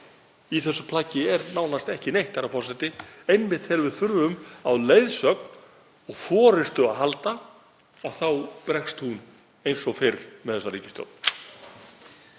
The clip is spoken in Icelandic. Í þessu plaggi er nánast ekki neitt, herra forseti. Einmitt þegar við þurfum á leiðsögn og forystu að halda þá bregst hún eins og fyrr með þessa ríkisstjórn.